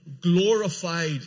glorified